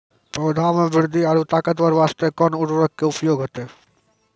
पौधा मे बृद्धि और ताकतवर बास्ते कोन उर्वरक के उपयोग होतै?